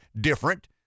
different